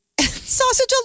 Sausage